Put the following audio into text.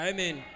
Amen